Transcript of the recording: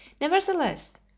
Nevertheless